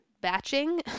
batching